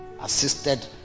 assisted